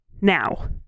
now